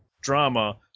drama